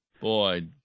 boy